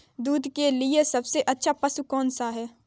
दूध के लिए सबसे अच्छा पशु कौनसा है?